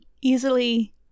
easily